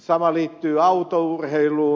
sama liittyy autourheiluun